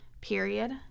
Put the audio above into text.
period